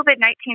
COVID-19